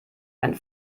einen